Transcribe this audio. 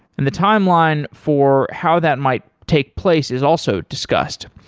and the timeline for how that might take place is also discussed.